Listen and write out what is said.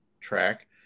track